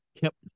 kept